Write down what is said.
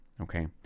okay